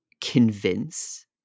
convince